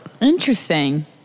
Interesting